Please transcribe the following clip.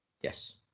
Yes